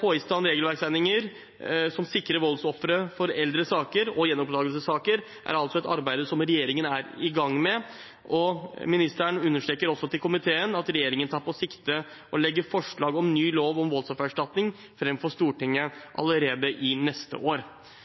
få i stand regelverksendringer som sikrer voldsofre i eldre saker og gjenopptakelsessaker, er altså et arbeid som regjeringen er i gang med, og ministeren understreker også til komiteen at regjeringen tar sikte på å legge forslag om ny lov om voldsoffererstatning fram for Stortinget allerede neste år.